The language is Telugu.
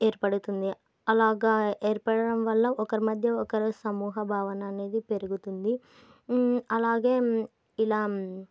ఏర్పడుతుంది అలాగా ఏర్పడడం వల్ల ఒకరి మధ్య ఒకరు సమూహ భావన అనేది పెరుగుతుంది అలాగే ఇలా